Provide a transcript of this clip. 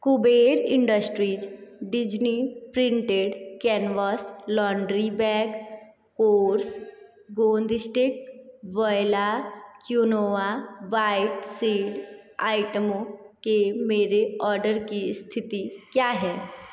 Kuber industries Disney printed canvas laundry bag Kores गोंद stick Voila quinoa white seed आइटमों के मेरे ऑर्डर की स्थिति क्या है